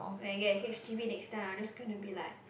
when I get a H_D_B next time I'm just gonna be like